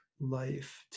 life